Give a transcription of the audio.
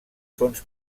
fonts